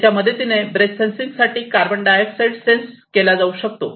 त्याच्या मदतीने breath sensing साठी कार्बन डाय ऑक्साइड सेन्स केला जाऊ शकतो